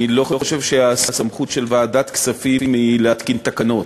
אני לא חושב שהסמכות של ועדת כספים היא להתקין תקנות,